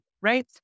right